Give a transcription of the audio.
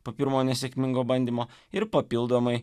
po pirmojo nesėkmingo bandymo ir papildomai